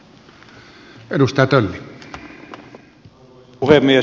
arvoisa puhemies